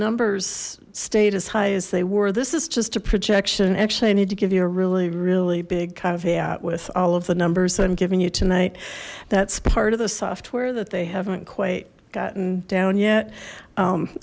numbers stayed as high as they wore this is just a projection actually i need to give you a really really big caveat with all of the numbers i'm giving you tonight that's part of the software that they haven't quite gotten down yet